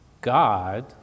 God